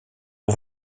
aux